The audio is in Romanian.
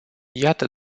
iată